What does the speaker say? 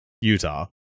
Utah